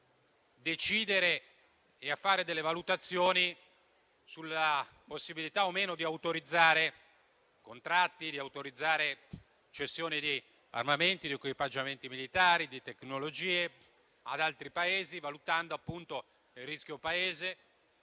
decidere e a fare valutazioni sulla possibilità o meno di autorizzare contratti e cessioni di armamenti, equipaggiamenti militari e tecnologie ad altri Paesi, valutando appunto il rischio Paese,